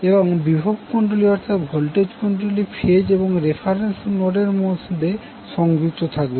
এবং বিভব কুণ্ডলী অর্থাৎ ভোল্টেজ কুণ্ডলী ফেজ এবং রেফারেন্স নোডের মধ্যে সংযুক্ত থাকবে